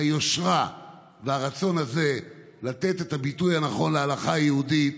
היושרה והרצון הזה לתת את הביטוי הנכון להלכה היהודית